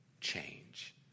change